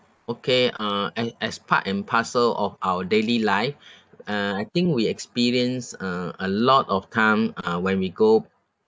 okay uh a~ as part and parcel of our daily life uh I think we experience uh a lot of time uh when we go